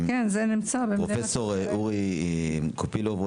פרופ' אורי קופילוב,